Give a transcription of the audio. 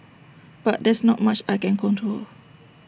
but there's not much I can control